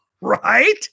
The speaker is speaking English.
Right